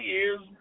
Year's